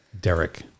Derek